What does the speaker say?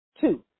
two